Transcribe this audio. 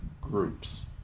groups